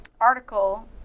article